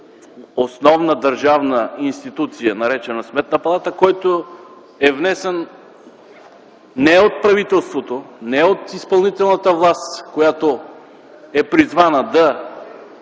основна държавна институция, наречена Сметна палата, който е внесен не от правителството, не от изпълнителната власт, която е призвана да